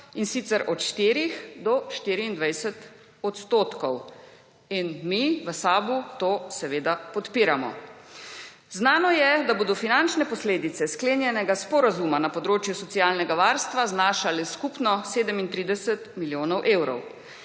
in sicer, od 4 do 24 %. In mi, v SAB, to seveda podpiramo. Znano je, da bodo finančne posledice sklenjenega sporazuma na področju socialnega varstva znašale skupino 37 milijonov evrov.